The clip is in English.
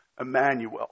Emmanuel